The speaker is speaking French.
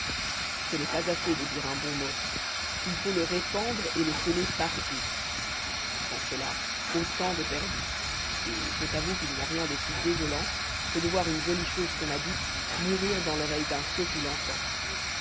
ce n'est pas assez de dire un bon mot il faut le répandre et le semer partout sans cela autant de perdu et je t'avoue qu'il n'y a rien de si désolant que de voir une jolie chose qu'on a dite mourir dans l'oreille d'un sot qui l'entend